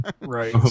Right